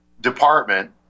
department